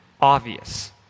obvious